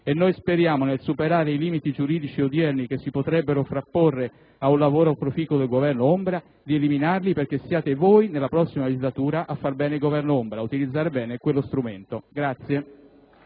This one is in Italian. e noi speriamo, nel superare i limiti giuridici odierni che si potrebbero frapporre a un lavoro proficuo del Governo ombra, di eliminarli perché siate voi nella prossima legislatura a far bene il Governo ombra, ad utilizzare bene quello strumento.